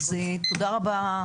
תודה רבה,